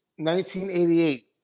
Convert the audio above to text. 1988